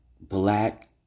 Black